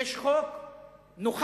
יש חוק נוכח-נפקד,